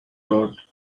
bought